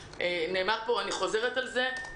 פה, אני חוזרת על זה,